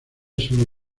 solo